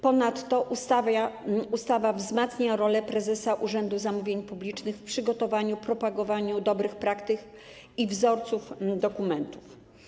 Ponadto ustawa wzmacnia rolę prezesa Urzędu Zamówień Publicznych w przygotowaniu i propagowaniu dobrych praktyk i wzorców dokumentów.